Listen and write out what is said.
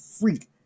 freak